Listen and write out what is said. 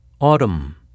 Autumn